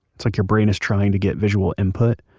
it's like your brain is trying to get visual input.